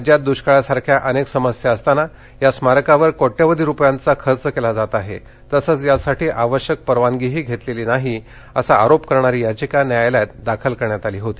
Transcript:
राज्यात दुष्काळासारख्या अनेक समस्या असताना या स्मारकावर कोट्यवधी रुपयांचा खर्च केला जात आहे तसंच यासाठी आवश्यक परवानगीही घेतलेल्या नाहीत असा आरोप करणारी याचिका न्यायालयात दाखल करण्यात आली होती